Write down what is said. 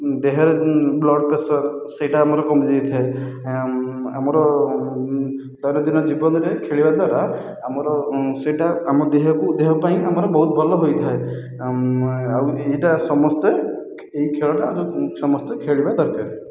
ଦେହରେ blood pressure ସେଇଟା ଆମର କମିଯାଇଥାଏ ଆମର ଦୈନଦିନ ଜୀବନରେ ଖେଳିବା ଦ୍ୱାରା ଆମର ସେଇଟା ଆମ ଦେହକୁ ଦେହ ପାଇଁ ଆମର ବହୁତ ଭଲ ହୋଇଥାଏ ଆଉ ଏଇଟା ସମସ୍ତେ ଏହି ଖେଳଟା ସମସ୍ତେ ଖେଳିବା ଦରକାର